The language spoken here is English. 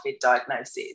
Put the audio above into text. diagnosis